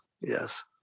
yes